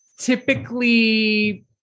typically